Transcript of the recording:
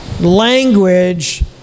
language